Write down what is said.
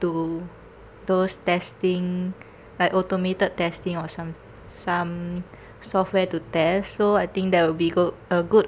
to those testing like automated testing or some some software to test so I think that will be good a good